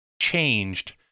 changed